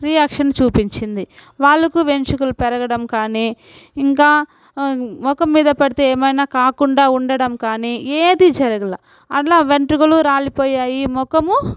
reaction చూపిచ్చింది వాళ్లకు వెంట్రుకలు పెరగడం కానీ ఇంకా మొఖం మీద పడితే ఏమైనా కాకుండా ఉండడం కానీ ఏదీ జరగల అట్లా వెంట్రుకలు రాలిపోయాయి మొఖము